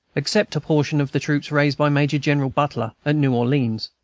except a portion of the troops raised by major-general butler at new orleans.